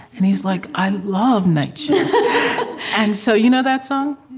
and he's like, i love night shift and so you know that song?